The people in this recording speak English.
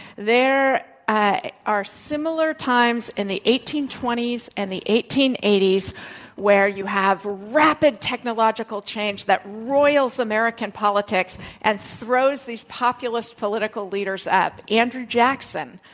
there are similar times in the eighteen twenty s and the eighteen eighty s where you have rapid technological change that roils american politics and throws these populist political leaders up. andrew jackson,